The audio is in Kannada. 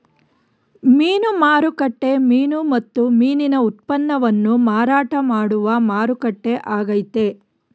ಮೀನು ಮಾರುಕಟ್ಟೆ ಮೀನು ಮತ್ತು ಮೀನಿನ ಉತ್ಪನ್ನವನ್ನು ಮಾರಾಟ ಮಾಡುವ ಮಾರುಕಟ್ಟೆ ಆಗೈತೆ